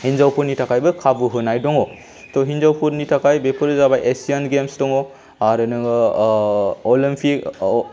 हिनजावफोरनि थाखायबो खाबु होनाय दङ त' हिनजावफोरनि थाखाय बेफोर जाबाय एसियान गेम्स दङ आरो नोङो अलिम्पिक